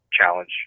challenge